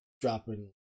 dropping